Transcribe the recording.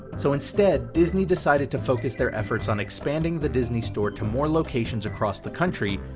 so instead, disney decided to focus their efforts on expanding the disney store to more locations across the country,